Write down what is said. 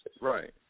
Right